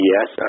Yes